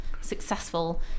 successful